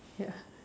ya